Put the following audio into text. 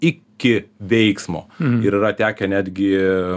iki veiksmo ir yra tekę netgi